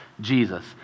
Jesus